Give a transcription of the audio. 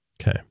Okay